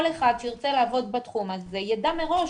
כל אחד שירצה לעבוד בתחום הזה ידע מראש